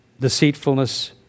deceitfulness